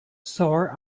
sore